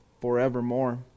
forevermore